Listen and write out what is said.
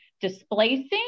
displacing